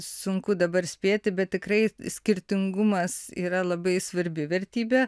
sunku dabar spėti bet tikrai skirtingumas yra labai svarbi vertybė